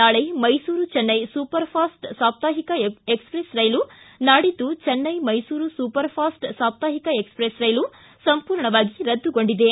ನಾಳೆ Mysuru Chennai super fast ಸಾಪ್ತಾಹಿಕ express ರೈಲು ನಾಡಿದ್ದು ಚೆನ್ನೈ ಮೈಸೂರು ಸೂಪರ್ಫಾಸ್ಟ್ ಸಾಪ್ತಾಹಿಕ ಎಕ್ಸ್ಪ್ರೆಸ್ ರೈಲು ಸಂಪೂರ್ಣವಾಗಿ ರದ್ದುಗೊಂಡಿದೆ